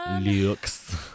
looks